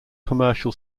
commercial